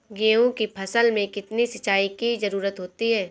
गेहूँ की फसल में कितनी सिंचाई की जरूरत होती है?